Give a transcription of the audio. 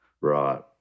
Right